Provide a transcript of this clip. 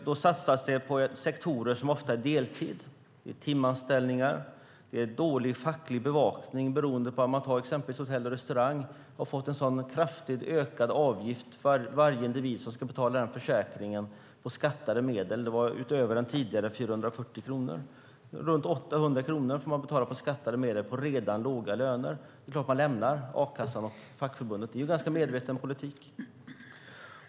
Det satsas på sektorer där det ofta är deltids och timanställningar. Det är dålig facklig bevakning beroende på att till exempel hotell och restaurangbranschen har fått en sådan kraftigt ökad avgift för försäkringen på skattade medel. Det var utöver den tidigare 440 kronor, och runt 800 kronor får man betala på skattade medel på redan låga löner. Det är klart att man lämnar a-kassan och fackförbundet! Detta är en ganska medveten politik.